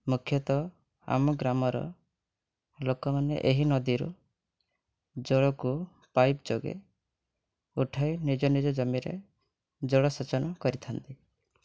ମୁଖ୍ୟତଃ ଆମ ଗ୍ରାମର ଲୋକମାନେ ଏହି ନଦୀରୁ ଜଳକୁ ପାଇପ୍ ଯୋଗେ ଉଠାଇ ନିଜ ନିଜ ଜମିରେ ଜଳସେଚନ କରିଥାନ୍ତି